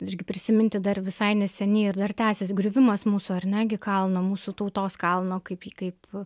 irgi prisiminti dar visai neseniai ir dar tęsiasi griuvimas mūsų ar ne gi kalno mūsų tautos kalno kaip kaip